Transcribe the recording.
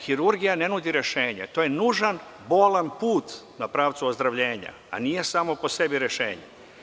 Hirurgija ne nudi rešenje, to je nužan, bolan put na pravcu ozdravljenja, a nije samo po sebi rešenje.